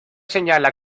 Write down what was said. señala